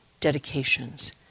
dedications